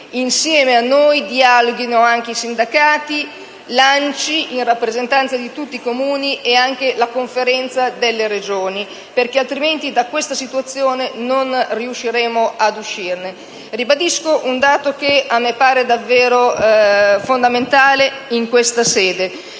insieme a noi, dialoghino anche i sindacati, l'ANCI, in rappresentanza di tutti i Comuni, e, anche la Conferenza delle Regioni, altrimenti da questa situazione non riusciremo ad uscire. Ribadisco in questa sede un dato che mi pare davvero fondamentale: l'uscita dalla